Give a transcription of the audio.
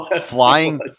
flying